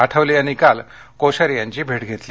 आठवले यांनी काल कोश्यारी यांची भेट घेतली